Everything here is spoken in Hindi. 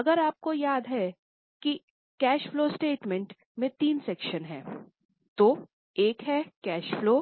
अगर आपको याद है कि कैश फलो स्टेटमेंट में तीन सेक्शन हैं तो एक है कैश फलो